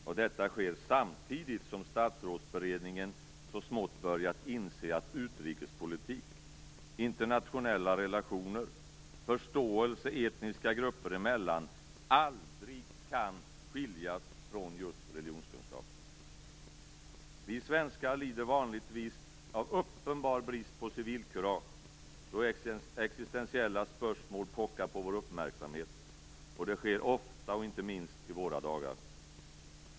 Och detta sker samtidigt som Statsrådsberedningen så smått börjat inse att utrikespolitik, internationella relationer och förståelse etniska grupper emellan aldrig kan skiljas från just religionskunskap. Vi svenskar lider vanligtvis av uppenbar brist på civilkurage då existentiella spörsmål pockar på vår uppmärksamhet, och det sker ofta och inte minst i våra dagar.